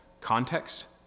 context